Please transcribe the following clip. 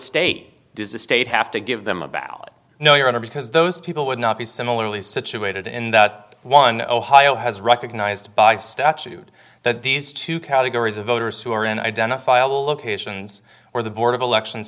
state does the state have to give them a ballot no your honor because those people would not be similarly situated in that one ohio has recognized by statute that these two categories of voters who are in identifiable locations or the board of elections